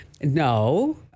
No